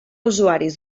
usuaris